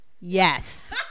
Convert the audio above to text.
Yes